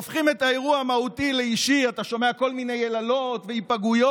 ויחלחל לאט-לאט.